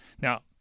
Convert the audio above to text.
now